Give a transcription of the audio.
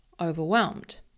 overwhelmed